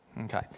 okay